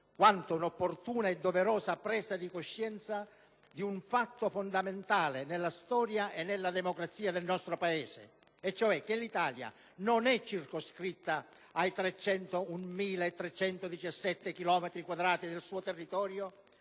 quanto un'opportuna e doverosa presa di coscienza di un fatto fondamentale nella storia e nella democrazia del nostro Paese: e cioè che l'Italia non è circoscritta ai 301.317 chilometri